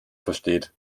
versteht